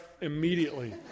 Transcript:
immediately